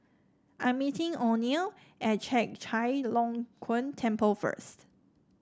I'm meeting Oneal at Chek Chai Long Chuen Temple first